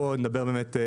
פה נדבר על